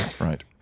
right